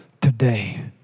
today